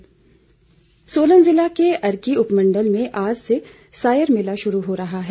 सायर मेला सोलन जिले के अर्की उपमंडल में आज से सायर मेला शुरू हो रहा है